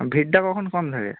ভিড়টা কখন কম থাকে